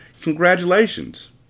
Congratulations